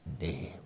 name